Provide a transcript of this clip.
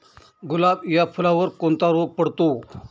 गुलाब या फुलावर कोणता रोग पडतो?